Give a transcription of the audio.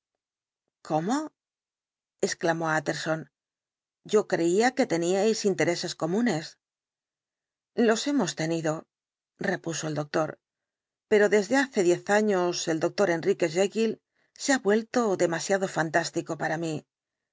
cómo exclamó utterson yo creía que teníais intereses comunes los hemos tenido repuso el doctor pero desde hace diez años el dr enrique jekyll se ha vuelto demasiado fantástico para mí